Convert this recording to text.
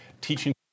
teaching